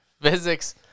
physics